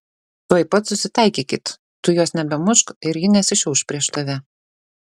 tuoj pat susitaikykit tu jos nebemušk ir ji nesišiauš prieš tave